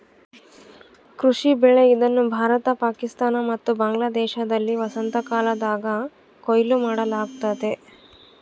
ಕೃಷಿ ಬೆಳೆ ಇದನ್ನು ಭಾರತ ಪಾಕಿಸ್ತಾನ ಮತ್ತು ಬಾಂಗ್ಲಾದೇಶದಲ್ಲಿ ವಸಂತಕಾಲದಾಗ ಕೊಯ್ಲು ಮಾಡಲಾಗ್ತತೆ